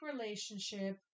relationship